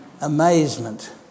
amazement